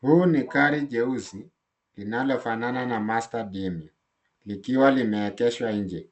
Huu ni gari jeusi linalofanana na master demio likiwa limeegeshwa nje.